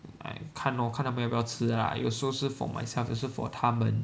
mm like 看 lor 看他们要不要吃 lah 有时是 for myself 有时是 for 他们